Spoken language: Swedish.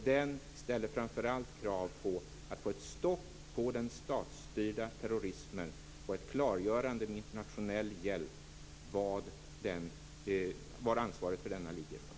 Den ställer framför allt krav på att få ett stopp på den statsstyrda terrorismen och ett klargörande med internationell hjälp av var ansvaret för denna ligger.